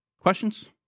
Questions